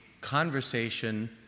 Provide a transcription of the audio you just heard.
conversation